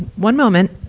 one moment.